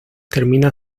termina